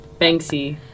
Banksy